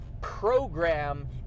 program